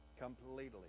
Completely